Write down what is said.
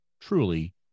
truly